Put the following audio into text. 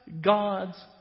God's